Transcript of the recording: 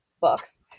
books